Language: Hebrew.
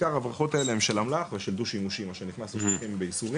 ההברחות האלה בעיקר הם של אמל"ח ושל דו שימושי - מה שנכנס לכם בייסורים.